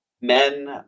men